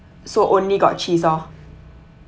so only got cheese lor